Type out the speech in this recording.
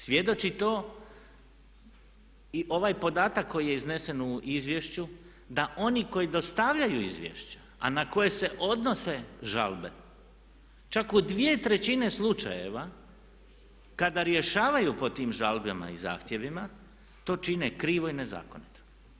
Svjedoči to i ovaj podatak koji je iznesen u izvješću da oni koji dostavljaju izvješća a na koje se odnose žalbe čak u dvije trećine slučajeva kada rješavaju po tim žalbama i zahtjevima to čine krivo i nezakonito.